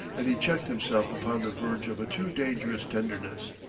and he checked himself upon the verge of a too dangerous tenderness.